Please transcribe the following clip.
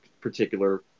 particular